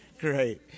Great